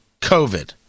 COVID